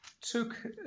took